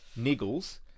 niggles